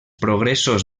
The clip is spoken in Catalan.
progressos